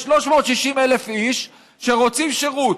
יש 360,000 איש שרוצים שירות.